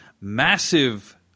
massive